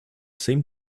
same